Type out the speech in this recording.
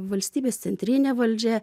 valstybės centrinė valdžia